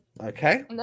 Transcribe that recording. okay